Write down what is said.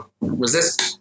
resist